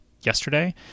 yesterday